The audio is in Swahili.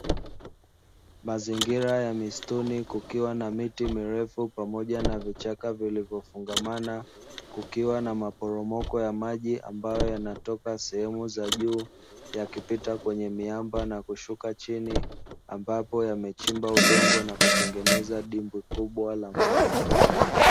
Mazingira ya misituni kukiwa na miti mirefu pamoja na vichaka vilivyofungamana, kukiwa na maporomoko ya maji ambayo yanatoka sehemu za juu ya kipita kwenye miamba na kushuka chini. Ambapo yamechimba udongo na kutengeneza dimbwi kubwa la maji.